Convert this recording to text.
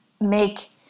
make